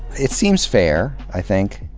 it seems fair, i think,